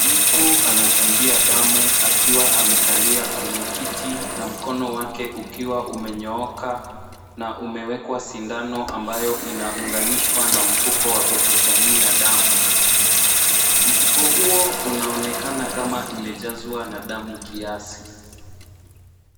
Mtu anachangia damu akiwa amekalia kwenye kiti na mkono wake ukiwa umenyooka na umewekwa sindano ambayo inaunganishwa na mfuko wa kukusanya damu. Mfuko huo unaonekana kama imejazwa na damu kiasi.